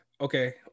Okay